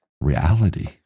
reality